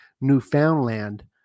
Newfoundland